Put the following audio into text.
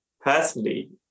personally